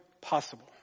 possible